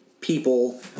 people